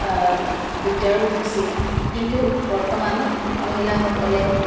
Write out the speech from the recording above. দিগদাৰো হৈছিল কিন্তু বৰ্তমান মহিলাসকলে